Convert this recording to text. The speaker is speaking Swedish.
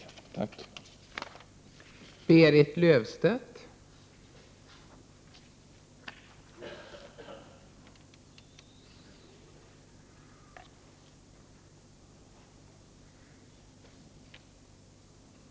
Tack!